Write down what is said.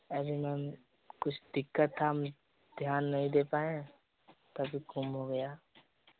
अरे मैम कुछ दिक्कत था हम ध्यान नहीं दे पाए तभी गुम हो गया